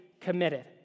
committed